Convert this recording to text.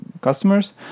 customers